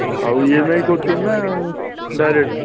ହଁ ଆଉ E M I କରୁଛନ୍ତି ନା ଡାଇରେକ୍ଟ୍